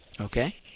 Okay